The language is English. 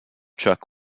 truck